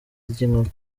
ry’inkoko